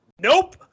Nope